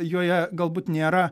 joje galbūt nėra